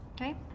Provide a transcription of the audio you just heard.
Okay